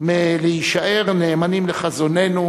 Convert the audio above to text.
מלהישאר נאמנים לחזוננו,